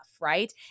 right